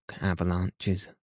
avalanches